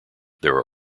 there